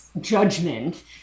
judgment